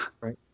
Right